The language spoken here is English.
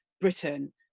britain